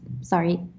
sorry